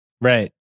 Right